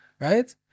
Right